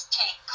take